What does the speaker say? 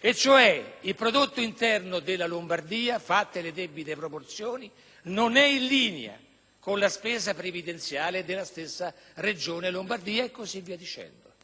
il prodotto interno della Lombardia, fatte le debite proporzioni, non è in linea con la spesa previdenziale della stessa Regione Lombardia e via dicendo.